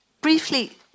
Briefly